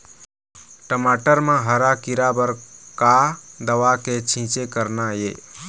टमाटर म हरा किरा बर का दवा के छींचे करना ये?